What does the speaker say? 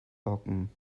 locken